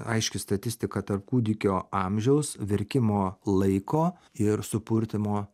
aiški statistika tarp kūdikio amžiaus verkimo laiko ir supurtymo